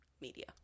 media